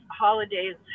holidays